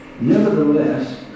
Nevertheless